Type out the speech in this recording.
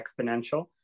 exponential